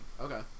Okay